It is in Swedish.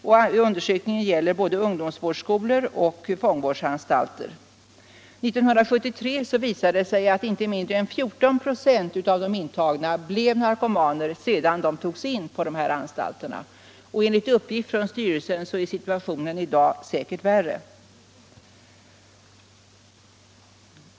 Den undersökningen har omfattat både ungdomsvårdsskolor och fångvårdsanstalter, och den visar att 1973 hade inte mindre än 14 ?6 av de intagna blivit narkomaner efter det att de tagits in på dessa anstalter. Enligt uppgift från kriminalvårdsstyrelsen är situationen i dag ännu värre.